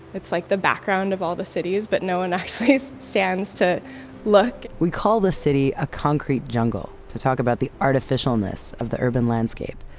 it's like the background of all the cities, but no one actually stands to look we call the city a concrete jungle to talk about the artificialness of the urban landscape.